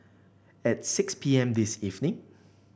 at six P M this evening